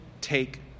take